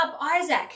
Isaac